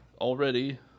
already